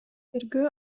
тергөө